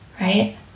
right